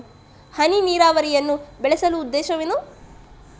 ಹನಿ ನೀರಾವರಿಯನ್ನು ಬಳಸುವ ಉದ್ದೇಶವೇನು?